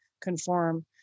conform